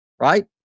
right